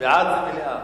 מוכן למליאה.